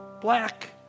black